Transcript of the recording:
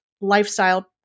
lifestyle